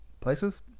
places